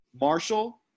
Marshall